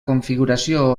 configuració